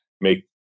make